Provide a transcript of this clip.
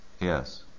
Yes